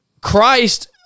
christ